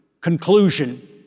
conclusion